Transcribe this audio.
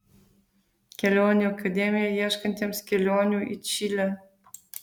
kelionių akademija ieškantiems kelionių į čilę